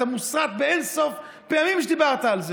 אתה מוסרט אין-סוף פעמים כשדיברת על זה.